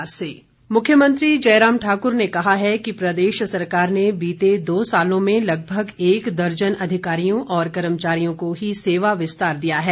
प्रश्नकाल मुख्यमंत्री जयराम ठाक्र ने कहा है कि प्रदेश सरकार ने बीते दो सालों में लगभग एक दर्जन अधिकारियों और कर्मचारियों को ही सेवा विस्तार दिया है